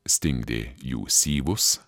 stingdė jų syvus